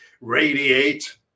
radiate